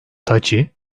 taçi